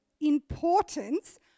importance